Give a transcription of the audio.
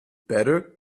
better